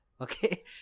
Okay